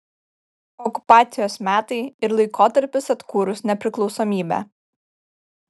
okupacijos metai ir laikotarpis atkūrus nepriklausomybę